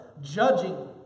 judging